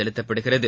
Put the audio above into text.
செலுத்தப்படுகிறது